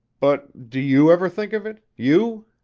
but do you ever think of it, you?